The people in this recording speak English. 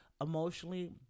emotionally